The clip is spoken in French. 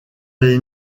les